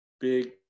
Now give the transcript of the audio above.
big